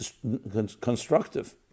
constructive